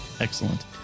Excellent